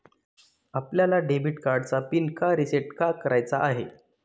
आपल्याला डेबिट कार्डचा पिन का रिसेट का करायचा आहे?